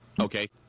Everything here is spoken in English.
Okay